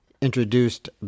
introduced